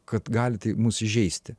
kad gali tai mus įžeisti